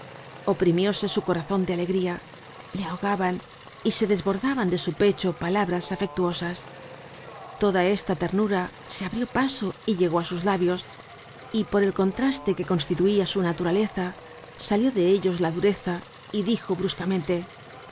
precipitarse oprimióse su corazon de alegría le ahogaban y se desbordaban de su pecho palabras afectuosas toda esta ternura se abrió paso y llegó á sus labios y por el contraste que constituía su naturaleza salió de ellos la dureza y dijo bruscamente qué